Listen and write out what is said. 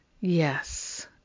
yes